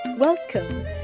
Welcome